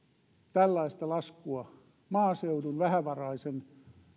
tällaista laskua maaseudun vähävaraisen